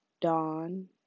dawn